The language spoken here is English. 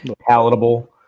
palatable